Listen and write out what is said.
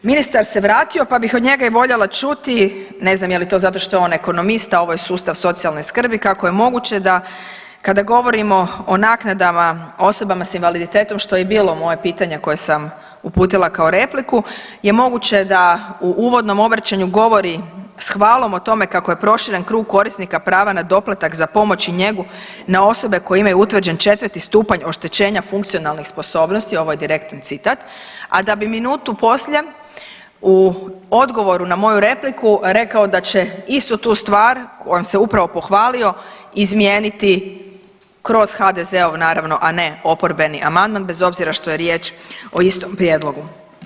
Ministar se vratio, pa bih od njega i voljela čuti, ne znam je li to zato što je on ekonomista, ovo je sustav socijalne skrbi, kako je moguće da kada govorimo o naknadama osobama s invaliditetom, što je i bilo moje pitanje koje sam uputila kao repliku, je moguće da u uvodnom obraćanju govori s hvalom o tome kako je proširen krug korisnika prava na doplatak za pomoć i njegu na osobe koje imaju utvrđen 4. Stupanj oštećenja funkcionalnih sposobnosti, ovo je direktan citat, a da bi minutu poslije u odgovoru na moju repliku rekao da će istu tu stvar kojom se upravo pohvalio izmijeniti kroz HDZ-ov naravno, a ne oporbeni amandman bez obzira što je riječ o istom prijedlogu.